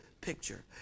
picture